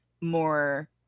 more